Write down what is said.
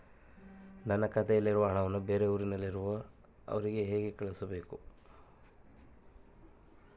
ನನ್ನ ಖಾತೆಯಲ್ಲಿರುವ ಹಣವನ್ನು ಬೇರೆ ಊರಿನಲ್ಲಿರುವ ಅವರಿಗೆ ಹೇಗೆ ಕಳಿಸಬೇಕು?